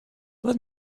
let